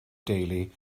deulu